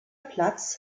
platz